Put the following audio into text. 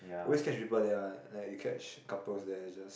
always catch people there one like you catch couples there just